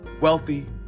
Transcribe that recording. wealthy